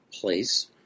place